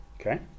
Okay